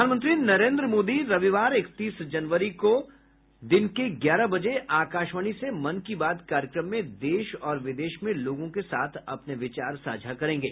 प्रधानमंत्री नरेंद्र मोदी रविवार इकतीस जनवरी को दिने के ग्यारह बजे आकाशवाणी से मन की बात कार्यक्रम में देश और विदेश में लोगों के साथ अपने विचार साझा करेंगे